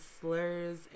slurs